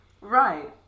right